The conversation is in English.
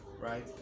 right